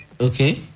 Okay